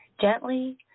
gently